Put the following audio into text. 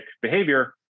behavior